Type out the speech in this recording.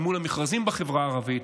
אל מול המכרזים בחברה הערבית,